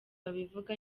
babivuga